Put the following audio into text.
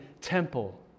temple